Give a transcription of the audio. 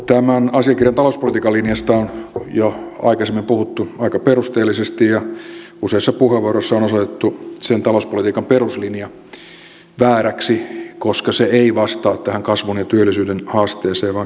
tämän asiakirjan talouspolitiikan linjasta on jo aikaisemmin puhuttu aika perusteellisesti ja useissa puheenvuoroissa on osoitettu sen talouspolitiikan peruslinja vääräksi koska se ei vastaa tähän kasvun ja työllisyyden haasteeseen vaan keskittyy leikkauspolitiikkaan